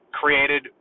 created